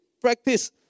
practice